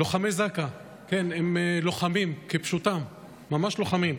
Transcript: לוחמי זק"א, כן, הם לוחמים כפשוטם, ממש לוחמים,